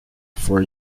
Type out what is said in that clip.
for